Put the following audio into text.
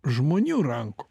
žmonių ranko